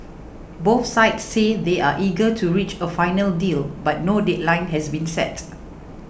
both sides say they are eager to reach a final deal but no deadline has been set